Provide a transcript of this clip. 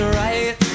right